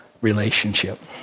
relationship